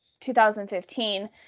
2015